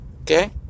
okay